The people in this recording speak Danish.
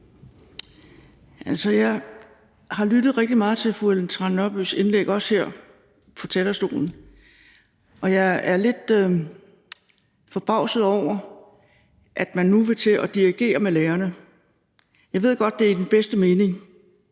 jeg har lyttet rigtig meget til fru Ellen Trane Nørbys indlæg, også her fra talerstolen, og jeg er lidt forbavset over, at man nu vil til at dirigere med lærerne. Jeg ved godt, at det er i den bedste mening,